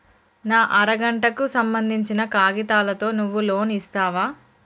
నా అర గంటకు సంబందించిన కాగితాలతో నువ్వు లోన్ ఇస్తవా?